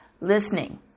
listening